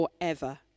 forever